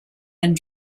and